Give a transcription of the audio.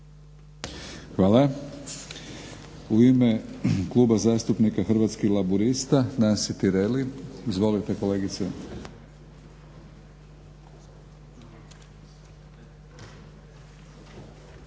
Hvala. U ime Kluba zastupnika Hrvatskih laburista Nansi Tireli. Izvolite kolegice.